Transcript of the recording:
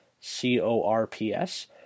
C-O-R-P-S